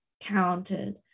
talented